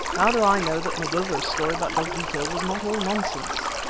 how do i know that mavovo's story about dogeetah was not all nonsense?